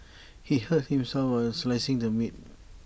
he hurt himself while slicing the meat